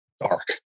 dark